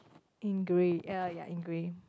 in grey ya ya in grey